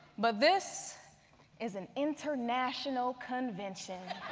but this is an international convention.